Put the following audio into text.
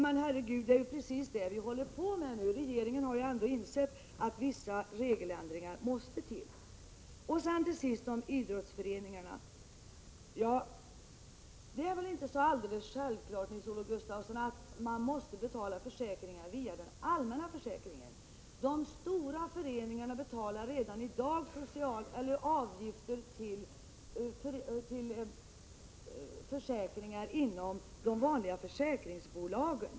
Men detta är ju precis vad vi nu håller på med! Regeringen har ju insett att vissa regeländringar ändå måste till. Till sist något om idrottsföreningarna. Det är väl inte alldeles självklart, Nils-Olof Gustafsson, att man måste betala försäkringar via den allmänna försäkringen? De stora föreningarna betalar redan i dag avgifter för försäkringar hos de fria försäkringsbolagen.